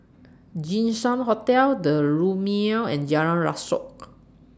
Jinshan Hotel The Lumiere and Jalan Rasok